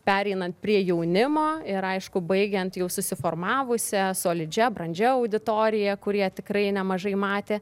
pereinant prie jaunimo ir aišku baigiant jau susiformavusia solidžia brandžia auditorija kurie tikrai nemažai matė